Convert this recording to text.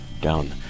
down